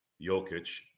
Jokic